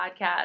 Podcast